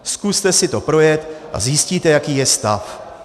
Zkuste si to projet a zjistíte, jaký je stav.